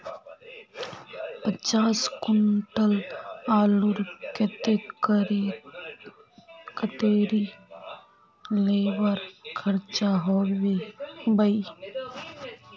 पचास कुंटल आलूर केते कतेरी लेबर खर्चा होबे बई?